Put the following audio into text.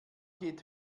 geht